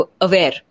aware